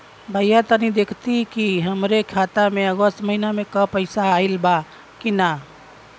भईया तनि देखती की हमरे खाता मे अगस्त महीना में क पैसा आईल बा की ना?